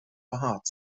behaart